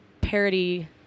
parody